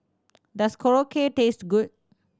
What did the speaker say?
does Korokke taste good